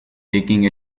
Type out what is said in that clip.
digging